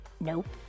Nope